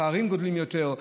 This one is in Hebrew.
הפערים גדלים יותר,